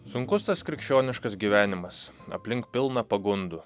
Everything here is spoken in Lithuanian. sunkus tas krikščioniškas gyvenimas aplink pilna pagundų